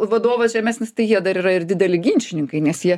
vadovas žemesnis tai jie dar yra ir dideli ginčininkai nes jie